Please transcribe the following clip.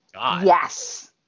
yes